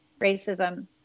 racism